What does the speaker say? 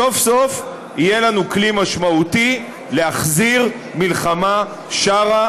סוף-סוף יהיה לנו כלי משמעותי להחזיר מלחמה שערה